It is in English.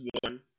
one